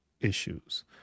issues